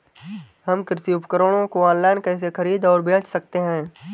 हम कृषि उपकरणों को ऑनलाइन कैसे खरीद और बेच सकते हैं?